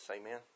amen